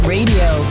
radio